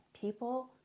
People